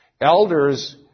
Elders